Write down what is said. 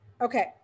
Okay